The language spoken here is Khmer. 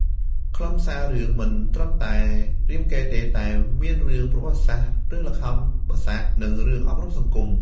ខ្លឹមសាររឿងមិនត្រឹមតែរាមកេរ្តិ៍ទេ តែមានរឿង ប្រវត្តិសាស្ត្រ រឿង ល្ខោនបាសាក់ និង រឿងអប់រំសង្គម។